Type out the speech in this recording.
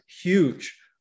huge